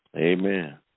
Amen